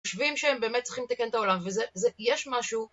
חושבים שהם באמת צריכים לתקן את העולם, ויש משהו...